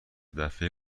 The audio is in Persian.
دفعه